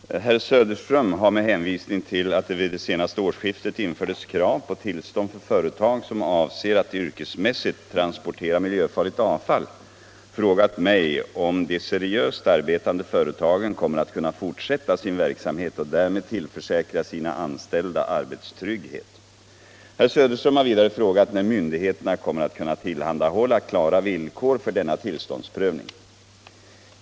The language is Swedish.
Fru talman! Herr Söderström har - med hänvisning till att det vid senaste årsskiftet infördes krav på tillstånd för företag som avser att yrkesmässigt transportera miljöfarligt avfall — frågat mig om de seriöst arbetande företagen kommer att kunna fortsätta sin verksamhet och därmed tillförsäkra sina anställda arbetstrygghet. Herr Söderström har vidare frågat när myndigheterna kommer att kunna tillhandahålla klara villkor för denna tillståndsprövning.